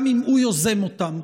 גם אם הוא יוזם אותם,